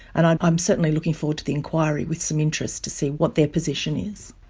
and i'm i'm certainly looking forward to the enquiry with some interest to see what their position is.